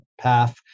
PATH